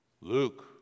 Luke